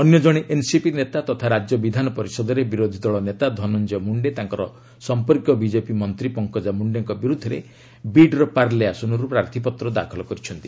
ଅନ୍ୟ ଜଣେ ଏନ୍ସିପି ନେତା ତଥା ରାଜ୍ୟ ବିଧାନପରିଷଦରେ ବିରୋଧୀ ଦଳ ନେତା ଧନଞ୍ଜୟ ମୁଣ୍ଡେ ତାଙ୍କର ସମ୍ପର୍କୀୟ ବିଜେପି ମନ୍ତ୍ରୀ ପଙ୍କଜା ମୁଣ୍ଡେଙ୍କ ବିରୁଦ୍ଧରେ ବିଡ୍ର ପାର୍ଲେ ଆସନରୁ ପ୍ରାର୍ଥୀପତ୍ର ଦାଖଲ କରିଛନ୍ତି